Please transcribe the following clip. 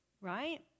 Right